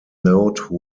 note